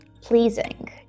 pleasing